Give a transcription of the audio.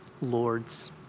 Lord's